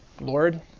Lord